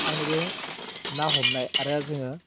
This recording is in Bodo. आंनि बे ना हमनाय आरो जोङो